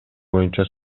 боюнча